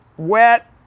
wet